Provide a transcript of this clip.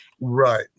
Right